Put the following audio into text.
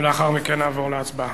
ולאחר מכן נעבור להצבעה.